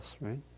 right